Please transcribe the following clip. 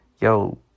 yo